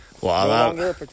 Wow